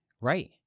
Right